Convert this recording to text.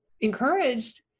encouraged